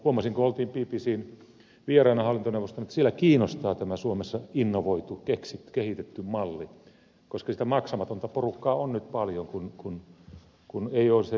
huomasin kun oltiin bbcn vieraina hallintoneuvosto että siellä kiinnostaa tämä suomessa innovoitu kehitetty malli koska sitä maksamatonta porukkaa on nyt paljon kun ei ole valvonta kunnossa